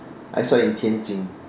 I saw in Tianjin